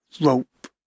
rope